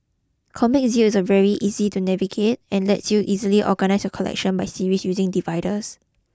Comic Zeal is very easy to navigate and lets you easily organise your collection by series using dividers